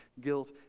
guilt